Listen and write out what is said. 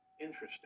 Interesting